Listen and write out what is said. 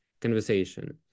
conversation